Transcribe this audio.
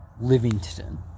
Livingston